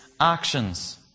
actions